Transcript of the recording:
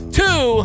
two